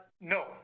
No